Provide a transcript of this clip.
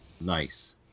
Nice